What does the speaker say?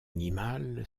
animal